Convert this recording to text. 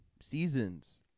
seasons